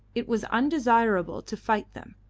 it was undesirable to fight them,